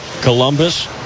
Columbus